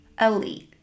elite